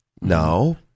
No